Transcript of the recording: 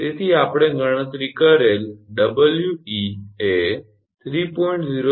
તેથી આપણે ગણતરી કરેલ We એ 3